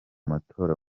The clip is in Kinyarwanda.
matora